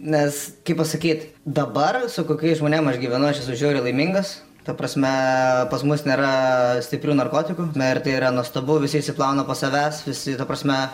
nes kaip pasakyt dabar su kokiais žmonėm aš gyvenu aš esu žiauriai laimingas ta prasme pas mus nėra stiprių narkotikų na ir tai yra nuostabu visi išsiplauna po savęs visi ta prasme